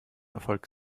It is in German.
erfolg